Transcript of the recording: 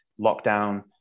lockdown